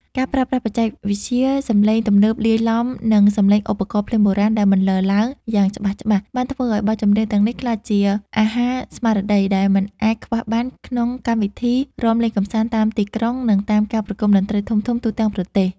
ការប្រើប្រាស់បច្ចេកវិទ្យាសម្លេងទំនើបលាយឡំនឹងសម្លេងឧបករណ៍ភ្លេងបុរាណដែលបន្លឺឡើងយ៉ាងច្បាស់ៗ បានធ្វើឱ្យបទចម្រៀងទាំងនេះក្លាយជា អាហារស្មារតី ដែលមិនអាចខ្វះបានក្នុងកម្មវិធីរាំលេងកម្សាន្តតាមទីក្រុង និងតាមការប្រគំតន្ត្រីធំៗទូទាំងប្រទេស។